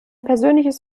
persönliches